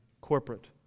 corporate